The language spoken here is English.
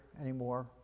anymore